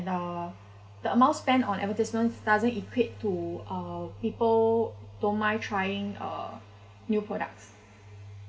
uh the amount spent on advertisements doesn't equate to uh people don't mind trying uh new products